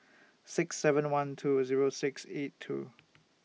six seven one two Zero six eight two